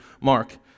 Mark